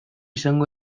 izango